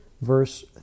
verse